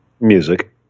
Music